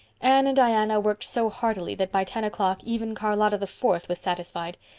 anne and diana worked so heartily that by ten o'clock even charlotta the fourth was satisfied.